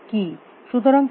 সুতরাং কাজটি কী